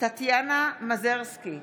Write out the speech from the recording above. טטיאנה מזרסקי,